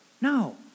No